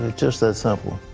just that simple.